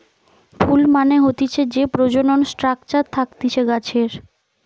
ফুল মানে হতিছে যে প্রজনন স্ট্রাকচার থাকতিছে গাছের